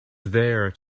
there